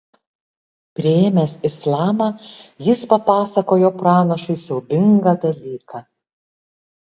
priėmęs islamą jis papasakojo pranašui siaubingą dalyką